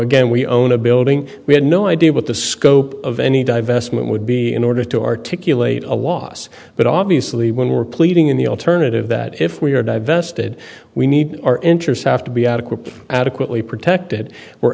again we own a building we had no idea what the scope of any divestment would be in order to articulate a loss but obviously when we were pleading in the alternative that if we are divested we need our interests have to be adequate adequately protected we're